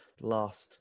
last